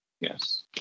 Yes